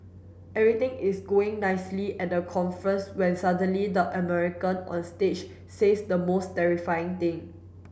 everything is going nicely at the conference when suddenly the American on stage says the most terrifying thing